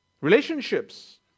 Relationships